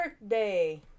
birthday